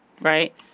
right